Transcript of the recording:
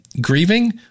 grieving